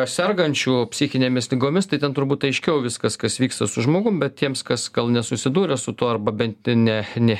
sergančių psichinėmis ligomis tai ten turbūt aiškiau viskas kas vyksta su žmogum bet tiems kas gal nesusidūrė su tuo arba bent ne ne